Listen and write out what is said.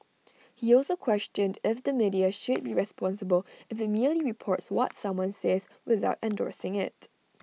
he also questioned if the media should be responsible if IT merely reports what someone says without endorsing IT